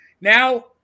Now